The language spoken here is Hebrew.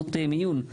מכונות מיון.